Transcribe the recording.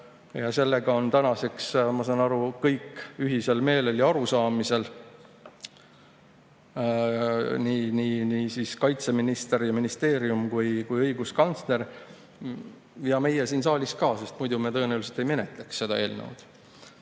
Selles on tänaseks, ma saan aru, kõik ühisel meelel ja arusaamisel, nii kaitseminister ja ‑ministeerium kui ka õiguskantsler. Ja meie siin saalis ka, sest muidu me tõenäoliselt ei menetleks seda eelnõu. Aga